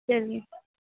چلیے